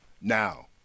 Now